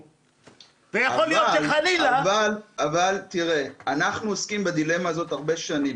יכול להיות שחלילה --- אנחנו עוסקים בדילמה הזאת הרבה שנים.